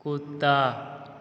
कुत्ता